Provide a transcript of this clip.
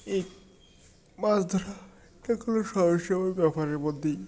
এই মাছ ধরা এখনও ব্যাপারের মধ্যেই